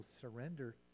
surrender